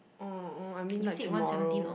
oh oh I mean like tomorrow